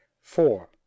Four